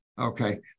Okay